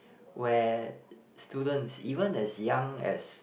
where students even as young as